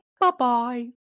Bye-bye